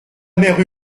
mère